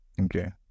Okay